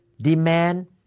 demand